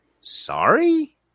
sorry